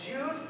Jews